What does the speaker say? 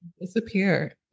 disappear